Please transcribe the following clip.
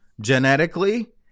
genetically